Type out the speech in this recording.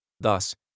Thus